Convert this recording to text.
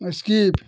skip